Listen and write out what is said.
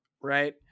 Right